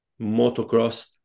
motocross